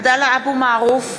(קוראת בשמות חברי הכנסת) עבדאללה אבו מערוף,